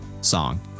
song